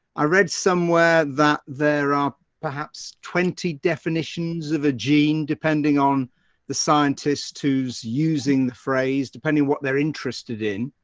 i read somewhere that there are perhaps twenty definitions of a gene depending on the scientist who's using the phrase, depending on what they're interested in.